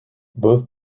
both